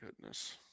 goodness